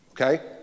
Okay